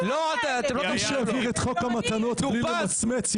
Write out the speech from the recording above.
מי שהעביר את "חוק המתנות" בלי למצמץ,